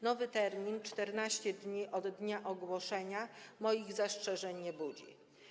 Nowy termin, 14 dni od dnia ogłoszenia, moich zastrzeżeń nie budzi.